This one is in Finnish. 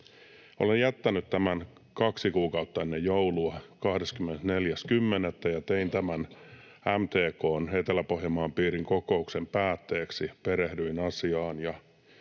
Olen jättänyt tämän kaksi kuukautta ennen joulua, 24.10., ja tein tämän MTK:n Etelä-Pohjanmaan piirin kokouksen päätteeksi. Perehdyin asiaan